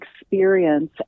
experience